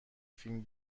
فیلم